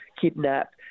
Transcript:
kidnap